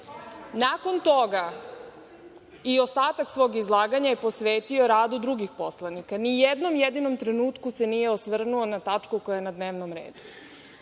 Nakon toga i ostatak svog izlaganja je posvetio radu drugih poslanika. Ni u jednom jedinom trenutku se nije osvrnuo na tačku koja je na dnevnom redu.